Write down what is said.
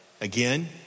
Again